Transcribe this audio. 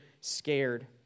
scared